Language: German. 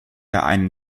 einen